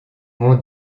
mon